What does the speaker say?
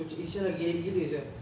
terus macam eh [sial] ah gerek gila sia